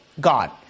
God